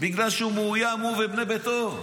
בגלל שהוא מאוים, הוא ובני ביתו.